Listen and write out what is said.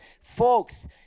Folks